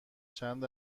چند